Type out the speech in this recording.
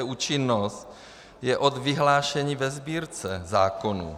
Účinnost je od vyhlášení ve Sbírce zákonů.